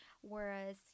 whereas